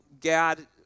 Gad